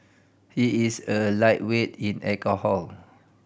he is a lightweight in alcohol